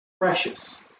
precious